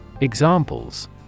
Examples